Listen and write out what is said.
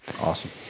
Awesome